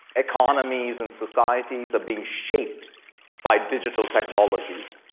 economies, and societies are being shaped by digital technologies.